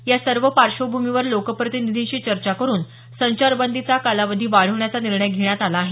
या सर्व पार्श्वभूमीवर लोकप्रतिनिधींशी चर्चा करून संचारबंदीचा कालावधी वाढवण्याचा निर्णय घेण्यात आला आहे